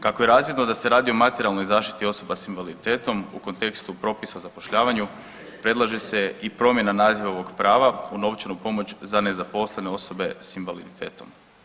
Kako je razvidno da se radi o materijalnoj zaštiti osoba sa invaliditetom u kontekstu propisa o zapošljavanju predlaže se i promjena naziva ovog prava u novčanu pomoć za nezaposlene osobe sa invaliditetom.